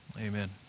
amen